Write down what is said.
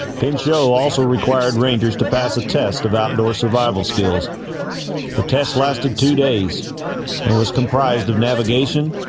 pinchot so also required rangers to pass a test of outdoor survival skills the test lasted two days and was comprised of navigation